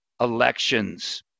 elections